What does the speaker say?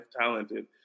talented